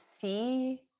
see